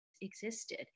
existed